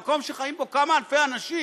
זה מקום שחיים בו כמה אלפי אנשים,